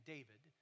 David